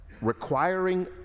requiring